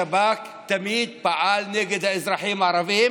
השב"כ תמיד פעל נגד האזרחים הערבים,